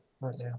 right